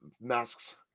masks